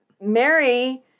Mary